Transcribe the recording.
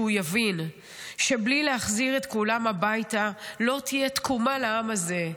שהוא יבין שבלי להחזיר את כולם הביתה לא תהיה תקומה לעם הזה.